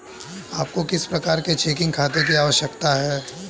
आपको किस प्रकार के चेकिंग खाते की आवश्यकता है?